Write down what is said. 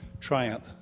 triumph